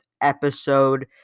episode